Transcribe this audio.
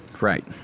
Right